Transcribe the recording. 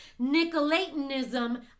Nicolaitanism